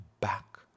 back